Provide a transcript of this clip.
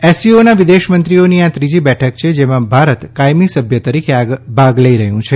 એસસીઓના વિદેશમંત્રીઓની આ ત્રીજી બેઠક છે જેમાં ભારત કાયમી સભ્ય તરીકે ભાગ લઇ રહ્યું છે